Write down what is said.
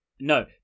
No